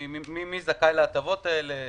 מי זכאי להטבות האלה: